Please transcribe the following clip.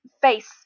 face